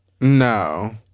No